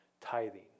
tithing